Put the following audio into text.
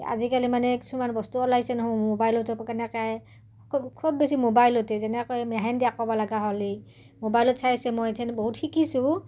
আজিকালি মানে কিছুমান বস্তু ওলাইছে নহয় ম'বাইলতো কেনেকে খুব খুব বেছি মোবাইলতে যেনেকৈ মেহেন্দি আঁকিব লগা হ'লে মোবাইলত বহুত শিকিছোঁ